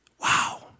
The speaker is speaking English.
Wow